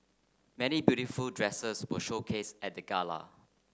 many beautiful dresses were showcased at the gala